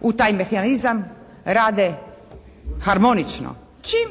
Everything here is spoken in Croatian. u taj mehanizam, rade harmonično. Čim